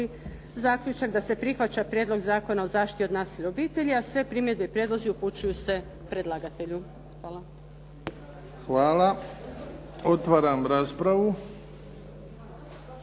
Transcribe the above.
zaključak da se prihvaća Prijedlog zakona o zaštiti od nasilja u obitelji a sve primjedbe i prijedlozi upućuju se predlagatelju. Hvala. **Bebić, Luka